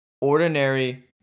ordinary